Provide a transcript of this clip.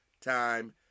time